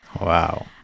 Wow